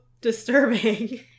disturbing